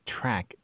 track